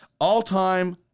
all-time